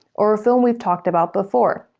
or a film we've talked about before.